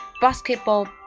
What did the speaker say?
Basketball